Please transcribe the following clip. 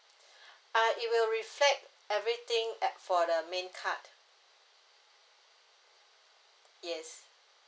uh it will reflect everything at for the main card yes